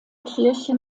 kirche